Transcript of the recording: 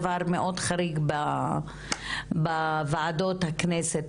דבר מאוד חריג בוועדות הכנסת,